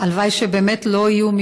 הלוואי שבאמת לא יהיו מקרי אובדנות.